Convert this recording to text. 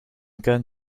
going